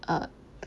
err